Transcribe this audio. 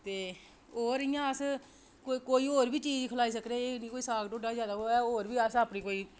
ते होर इ'यां अस कोई होर बी चीज़ खलाई सकने ते कोई साग ढोड्डा गै जैदा निं ऐ होर बी कोई अस अपनी